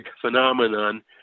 phenomenon